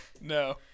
No